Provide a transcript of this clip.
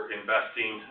investing